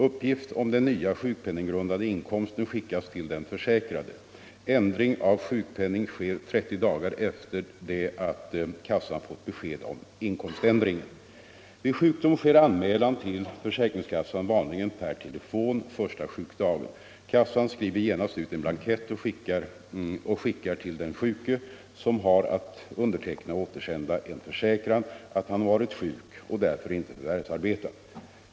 Uppgift om den nya sjukpenninggrundande inkomsten skickas till den försäkrade. Ändring av sjukpenning sker 30 dagar efter det att kassan fått besked om inkomständringen. Vid sjukdom sker anmälan till försäkringskassan vanligen per telefon första sjukdagen. Kassan skriver genast ut en blankett och skickar till den sjuke, som har att underteckna och återsända en försäkran att han varit sjuk och därför inte förvärvsarbetat.